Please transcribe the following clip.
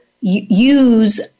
use